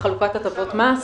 לחלוקת הטבות מס.